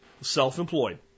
Self-employed